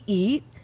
eat